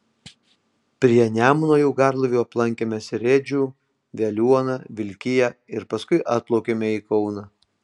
prie nemuno jau garlaiviu aplankėme seredžių veliuoną vilkiją ir paskui atplaukėme į kauną